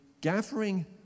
gathering